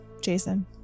Jason